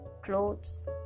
clothes